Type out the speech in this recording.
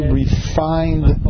refined